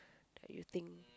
you think